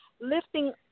lifting